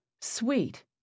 sweet